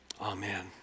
Amen